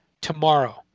tomorrow